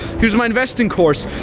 here's my investing course.